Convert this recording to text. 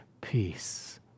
peace